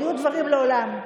היו דברים מעולם.